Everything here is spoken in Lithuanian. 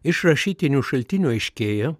iš rašytinių šaltinių aiškėja